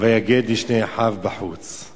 ויגד לשני אחיו בחוץ";